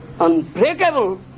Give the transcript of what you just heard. unbreakable